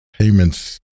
payments